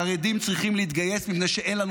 החרדים צריכים להתגייס מפני שאין לנו